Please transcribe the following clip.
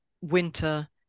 winter